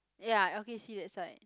ya okay see that side